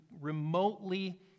remotely